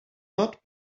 not